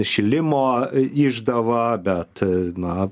šilimo išdava bet na